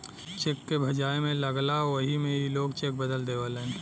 check के भजाए मे लगला वही मे ई लोग चेक बदल देवेलन